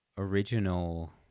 original